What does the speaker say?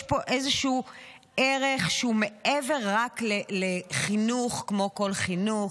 פה ערך שהוא מעבר לרק חינוך כמו כל חינוך.